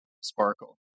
sparkle